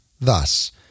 Thus